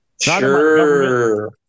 Sure